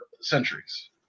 centuries